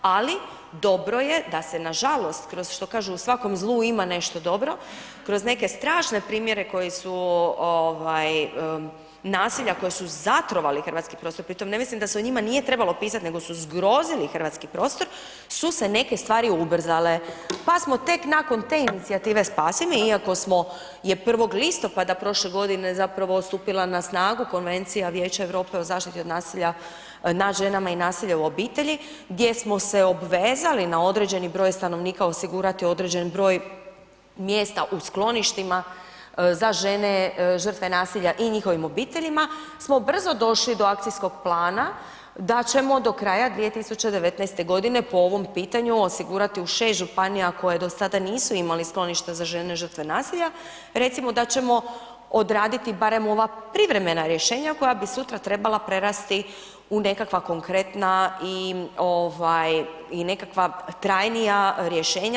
Ali dobro je da se nažalost kroz što kažu u svakom zlu ima nešto dobro, kroz neke strašne primjere koji su, nasilja koji su zatrovali hrvatski prostor, pri tome ne mislim da se o njima nije trebalo pisati nego su zgrozili hrvatski prostor su se neke stvari ubrzale pa smo tek nakon te inicijative spasi me, iako smo, je 1. listopada prošle godine zapravo stupila na snagu Konvencija Vijeća Europe o zaštiti od nasilja nad ženama i nasilja u obitelji gdje smo se obvezali na određeni broj stanovnika osigurati određeni broj mjesta u skloništima za žene žrtve nasilja i njihovim obiteljima smo brzo došli do akcijskog plana da ćemo do kraja 2019. godine po ovom pitanju osigurati u 6 županija koje do sada nisu imali sklonište za žene žrtve nasilja recimo da ćemo odraditi barem ova privremena rješenja koja bi sutra trebala prerasti u nekakva konkretna i nekakva trajnija rješenja.